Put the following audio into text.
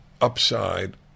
upside